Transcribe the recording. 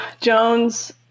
Jones-